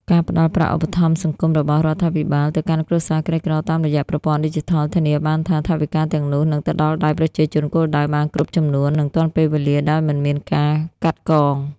ការផ្ដល់ប្រាក់ឧបត្ថម្ភសង្គមរបស់រដ្ឋាភិបាលទៅកាន់គ្រួសារក្រីក្រតាមរយៈប្រព័ន្ធឌីជីថល ធានាបានថាថវិកាទាំងនោះនឹងទៅដល់ដៃប្រជាជនគោលដៅបានគ្រប់ចំនួន និងទាន់ពេលវេលាដោយមិនមានការកាត់កង។